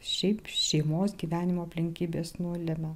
šiaip šeimos gyvenimo aplinkybės nulemia